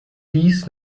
dies